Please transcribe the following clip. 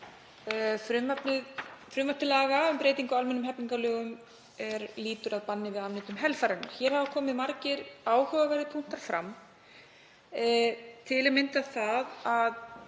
frumvarp til laga um breytingu á almennum hegningarlögum er lýtur að banni við afneitun helfararinnar. Hér hafa komið fram margir áhugaverðir punktar, til að mynda að